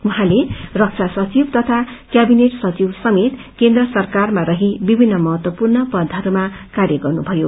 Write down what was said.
उहाँले रक्षा सचिव तथा क्याविनेट सचिव समेत केन्द्र सरक्वरमा रक्षी विभित्र महत्वपूर्ण पदहरूमा कार्य गर्नुभयो